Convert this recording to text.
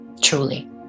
truly